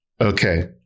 Okay